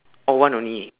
oh one only